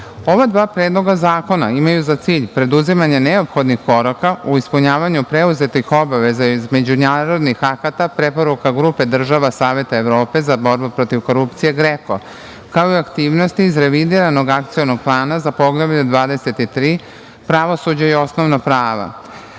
dva predloga zakona imaju za cilj preduzimanje neophodnih koraka u ispunjavanju preuzetih obaveza iz međunarodnih akata, preporuka grupe država Saveta Evrope za borbu protiv korupcije GREKO, kao i aktivnosti iz revidiranog akcionog plana za Poglavlje 23 – pravosuđe i osnovna prava. GREKO